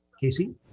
Casey